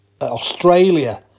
Australia